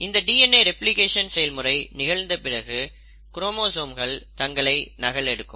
இந்த DNA replication செயல்முறை நிகழ்ந்த பிறகு க்ரோமோசோம்கள் தங்களை நகல் எடுக்கும்